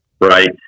right